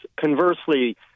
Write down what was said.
Conversely